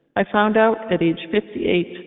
i found out, at age fifty eight,